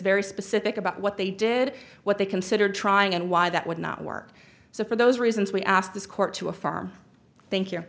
very specific about what they did what they considered trying and why that would not work so for those reasons we asked this court to affirm thank you